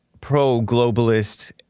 pro-globalist